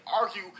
argue